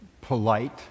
polite